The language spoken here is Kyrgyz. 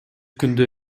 күндө